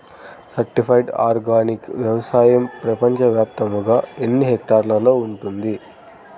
Certified organic వ్యవసాయం ప్రపంచ వ్యాప్తముగా ఎన్నిహెక్టర్లలో ఉంది?